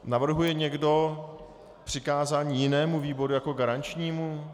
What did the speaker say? Navrhuje někdo přikázání jinému výboru jako garančnímu?